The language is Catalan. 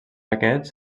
aquests